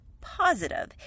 positive